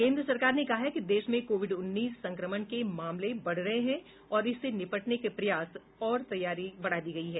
केंद्र सरकार ने कहा है कि देश में कोविड उन्नीस संक्रमण के मामले बढ़ रहे हैं और इससे निपटने के प्रयास और तैयारी बढ़ा दी गई हैं